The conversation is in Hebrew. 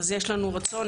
אז יש לנו רצון,